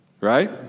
Right